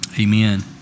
Amen